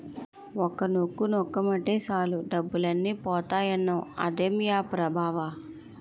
ఒక్క నొక్కు నొక్కేమటే సాలు డబ్బులన్నీ పోతాయన్నావ్ అదే ఆప్ రా బావా?